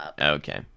Okay